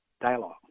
dialogue